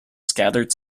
scattered